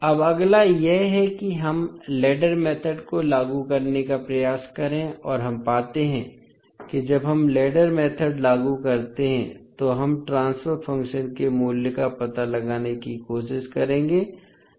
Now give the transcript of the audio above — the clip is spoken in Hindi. अब अगला यह है कि हम लैडर मेथोड को लागू करने का प्रयास करें और हम पाते हैं कि जब हम लैडर मेथोड लागू करते हैं तो हम ट्रांसफर फ़ंक्शन के मूल्य का पता लगाने की कोशिश करेंगे